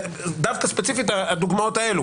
דווקא ספציפית הדוגמאות האלה,